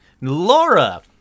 Laura